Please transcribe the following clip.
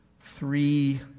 three